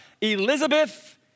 Elizabeth